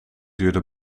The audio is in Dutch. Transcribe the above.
duurde